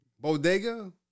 Bodega